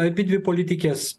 abidvi politikės